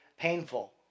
painful